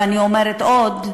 ואני אומרת "עוד"